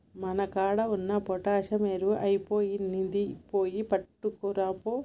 మన కాడ ఉన్న పొటాషియం ఎరువు ఐపొయినింది, పోయి పట్కరాపో